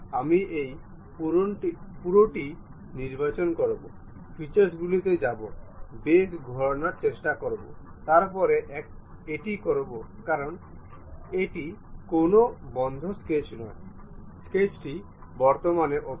আমি এই পুরোটি নির্বাচন করব ফিচার্সগুলিতে যাব বেস ঘোরানোর চেষ্টা করব তারপরে এটি করবো কারণ এটি কোনও বদ্ধ স্কেচ নয় স্কেচটি বর্তমানে ওপেন